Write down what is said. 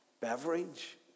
beverage